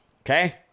Okay